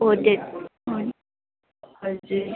hotel हजुर